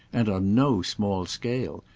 and on no small scale,